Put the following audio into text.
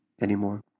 anymore